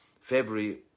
february